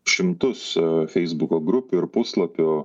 šimtus feisbuko grupių ir puslapių